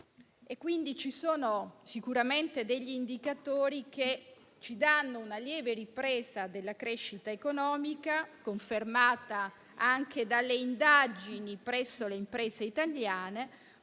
Ci sono indicatori che ci danno una lieve ripresa della crescita economica, confermata anche dalle indagini presso le imprese italiane,